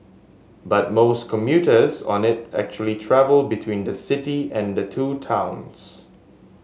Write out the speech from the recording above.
but most commuters on it actually travel between the city and the two towns